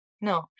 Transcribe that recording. No